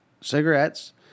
cigarettes